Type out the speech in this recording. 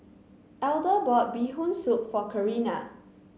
Elder bought Bee Hoon Soup for Carina